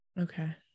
Okay